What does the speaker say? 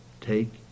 Take